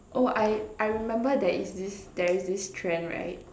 oh I I remember there is this there is this trend right